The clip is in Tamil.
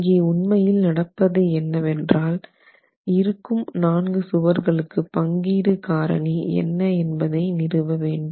இங்கே உண்மையில் நடப்பது என்னவென்றால் இருக்கும் நான்கு சுவர்களுக்கு பங்கீடு காரணி என்ன என்பதை நிறுவ வேண்டும்